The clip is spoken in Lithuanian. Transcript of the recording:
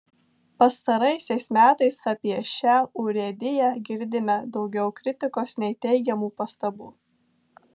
pastaraisiais metais apie šią urėdiją girdime daugiau kritikos nei teigiamų pastabų